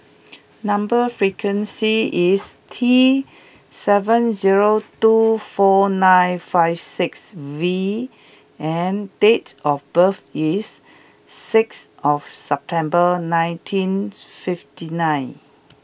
number sequence is T seven zero two four nine five six V and date of birth is six September nineteen fifty nine